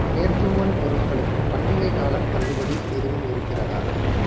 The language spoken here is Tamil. மேற்தூவல் பொருட்களுக்கு பண்டிகைக் காலத் தள்ளுபடி எதுவும் இருக்கிறதா